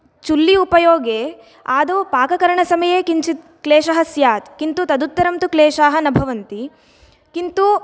चुल्ली उपयोगे आदौ पाककरणसमये किञ्चिद् क्लेशः स्याद् किन्तु तदुत्तरं क्लेशाः न भवन्ति किन्तु